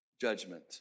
judgment